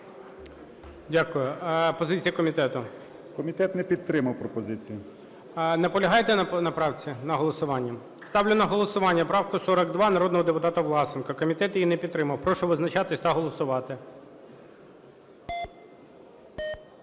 Дякую. Позиція комітету. 13:31:23 БОЖИК В.І. Комітет не підтримав пропозицію. ГОЛОВУЮЧИЙ. Наполягаєте на правці, на голосуванні? Ставлю на голосування правку 42 народного депутата Власенка. Комітет її не підтримав. Прошу визначатись та голосувати.